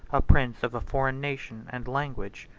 a prince of a foreign nation and language.